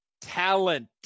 talent